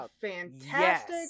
fantastic